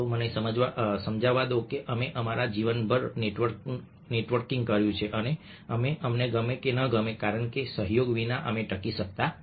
મને સમજાવવા દો કે અમે અમારા જીવનભર નેટવર્કિંગ કર્યું છે કે અમને ગમે કે ન ગમે કારણ કે સહયોગ વિના અમે ટકી શકતા નથી